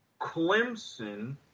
Clemson